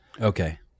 Okay